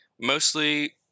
mostly